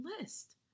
list